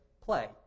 play